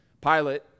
Pilate